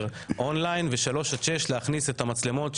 און ליין ובשלוש עד שש נכניס את המצלמות.